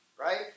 Right